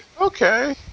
okay